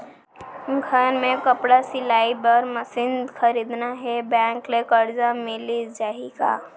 घर मे कपड़ा सिलाई बार मशीन खरीदना हे बैंक ले करजा मिलिस जाही का?